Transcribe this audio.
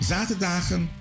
Zaterdagen